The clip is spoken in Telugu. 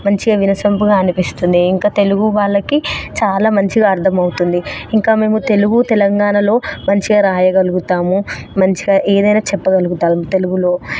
మంచిగా వినసొంపుగా అనిపిస్తుంది ఇంకా తెలుగు వాళ్ళకి చాలా మంచిగా అర్ధం అవుతుంది ఇంకా మేము తెలుగు తెలంగాణలో మంచిగా రాయగలుగుతాము మంచిగా ఏదైనా చెప్పగలుగుతాము తెలుగులో